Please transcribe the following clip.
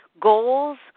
goals